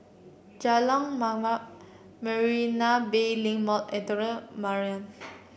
Jalan Mamam Marina Bay Link Mall and Tengkok Mariam